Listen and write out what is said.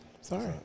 Sorry